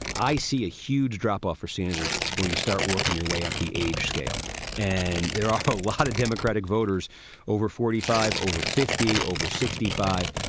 i see a huge drop off for sanders. when you start working your way up the age scale and there are a lot of democratic voters over forty five, over fifty, over sixty five,